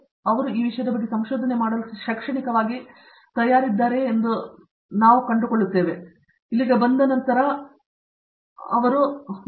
ಆದ್ದರಿಂದ ಅವರು ಈ ವಿಷಯದ ಬಗ್ಗೆ ಸಂಶೋಧನೆ ಮಾಡಲು ಶೈಕ್ಷಣಿಕವಾಗಿ ತಯಾರಿಸುತ್ತಿದ್ದಾರೆ ಎಂಬುದನ್ನು ಅವರು ಕಂಡುಕೊಂಡಿದ್ದಾರೆ ಅವರು ಇಲ್ಲಿಗೆ ಬಂದ ನಂತರ ಮಾತ್ರ ಅವರು ಕಂಡುಕೊಳ್ಳುತ್ತಾರೆ